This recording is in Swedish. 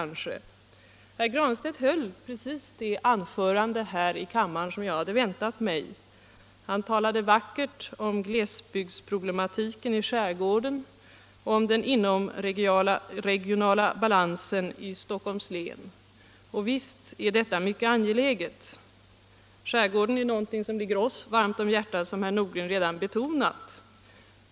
Herr Granstedt höll precis det anförande här i kammaren som jag hade väntat mig: han talade vackert om glesbygdsproblematiken i skärgården och om den inomregionala balansen i Stockholms län, och visst är detta mycket angeläget! Skärgården är någonting som ligger oss varmt om hjärtat, såsom herr Nordgren redan betonat.